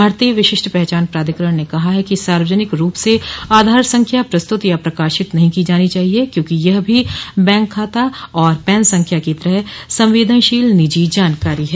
भारतीय विशिष्ट पहचान प्राधिकरण ने कहा है कि सार्वजनिक रूप से आधार संख्या प्रस्तुत या प्रकाशित नहीं की जानी चाहिए क्योंकि यह भी बैंक खाता और पैन संख्या की तरह संवदेनशील निजी जानकारी है